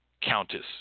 Countess